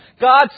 God